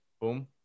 Boom